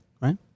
right